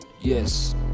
yes